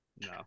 No